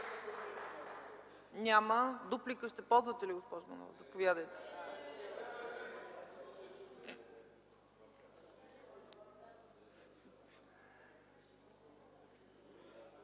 Няма. Дуплика ще ползвате ли, госпожо Манолова? Заповядайте.